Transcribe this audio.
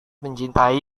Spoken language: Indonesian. mencintai